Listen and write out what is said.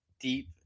deep